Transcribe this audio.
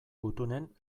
gutunen